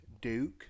Duke